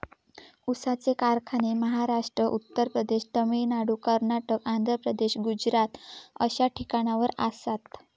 ऊसाचे कारखाने महाराष्ट्र, उत्तर प्रदेश, तामिळनाडू, कर्नाटक, आंध्र प्रदेश, गुजरात अश्या ठिकाणावर आसात